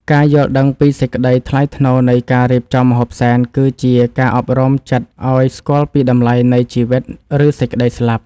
ការយល់ដឹងពីសេចក្តីថ្លៃថ្នូរនៃការរៀបចំម្ហូបសែន គឺជាការអប់រំចិត្តឱ្យស្គាល់ពីតម្លៃនៃជីវិត ឬសេចក្តីស្លាប់។